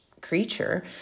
creature